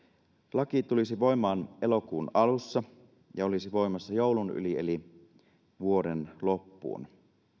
laki tulisi voimaan elokuun alussa ja olisi voimassa joulun yli eli vuoden loppuun